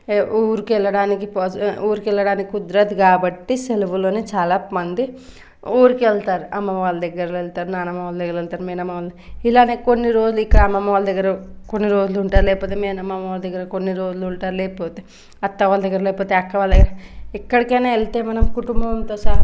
ఊరికెళ్ళడానికి పాజి ఊరికెళ్ళడానికి కుదరద్ కాబట్టి సెలవులోనే చాలా మంది ఊరికి ఎళ్తారు అమ్మమ్మ వాళ్ళ దగ్గరెళ్తారు నానమ్మ వాళ్ళ దగ్గరెళ్తారు మేనమామ ఇలానే కొన్ని రోజులు ఇక్కడ అమ్మమ్మ వాళ్ళ దగ్గర కొన్ని రోజులు ఉంటారు లేకపోతే మేనమామ వాళ్ళ దగ్గర కొన్ని రోజులు ఉంటారు లేకపోతే అత్త వాళ్ళ దగ్గర లేకపోతే అక్క వాళ్ళ దగ్గర ఎక్కడికైనా వెళ్తే మనం కుటుంబంతో సహా పోతే మనం చాలా